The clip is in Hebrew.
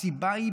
הסיבה היא